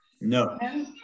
No